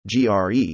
GRE